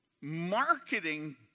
marketing